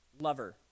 lover